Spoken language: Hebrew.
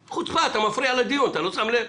חוצפה, אתה מפריע לדיון, אתה לא שם לב?